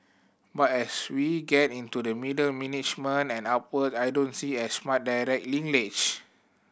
but as we get into the middle management and upward I don't see as much direct linkage